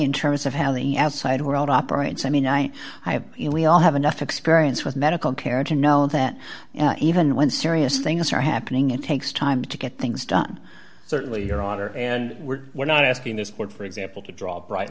in terms of how the outside world operates i mean i have you know we all have enough experience with medical care to know that even when serious things are happening it takes time to get things done certainly your honor and we're we're not asking this court for example to draw a bright